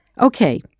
Okay